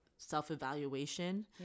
self-evaluation